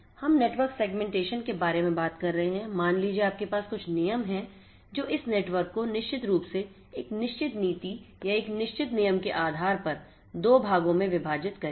हम network segmentation के बारे में बात कर रहे हैं मान लीजिए आपके पास कुछ नियम जो इस नेटवर्क को निश्चित रूप से एक निश्चित नीति या एक निश्चित नियम के आधार पर दो भागों में विभाजित करेंगे